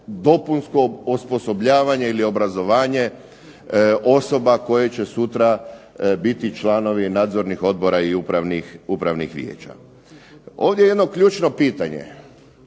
dopunsko osposobljavanje ili obrazovanje osoba koje će sutra biti članovi nadzornih odbora i upravnih vijeća. Ovdje jedno ključno pitanje,